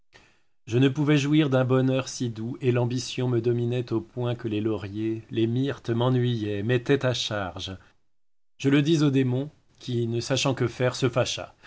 je ne pouvais jouir d'un bonheur si doux et l'ambition me dominait au point que les lauriers les myrtes m'ennuyaient m'étaient à charge je le dis au démon qui ne sachant que faire se fâcha